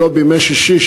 ולא בימי שישי,